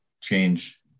change